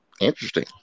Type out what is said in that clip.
Interesting